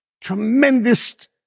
Tremendous